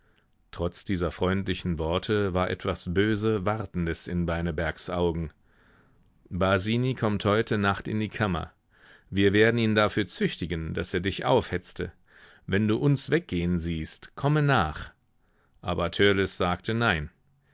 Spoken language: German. trotz dieser freundlichen worte war etwas böse wartendes in beinebergs augen basini kommt heute nacht in die kammer wir werden ihn dafür züchtigen daß er dich aufhetzte wenn du uns weggehen siehst komme nach aber törleß sagte nein